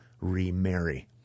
remarry